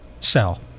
Sell